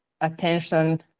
attention